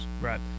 Right